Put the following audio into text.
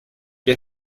que